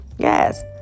Yes